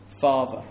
father